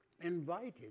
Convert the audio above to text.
invited